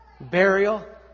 burial